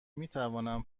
میتوانم